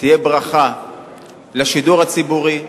תהיה ברכה לשידור הציבורי,